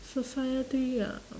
society ah